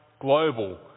global